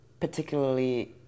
particularly